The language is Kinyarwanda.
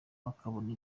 bakabona